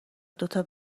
دوتا